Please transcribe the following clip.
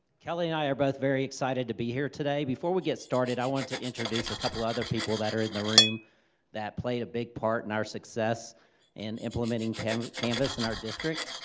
kelly and i are both very excited to be here today. before we get started, i wanted to introduce a couple of other people that are in the room that played a big part in our success in implementing canvas in and our district.